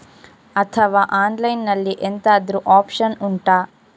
ಅಥವಾ ಆನ್ಲೈನ್ ಅಲ್ಲಿ ಎಂತಾದ್ರೂ ಒಪ್ಶನ್ ಉಂಟಾ